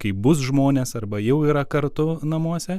kai bus žmonės arba jau yra kartu namuose